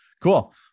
cool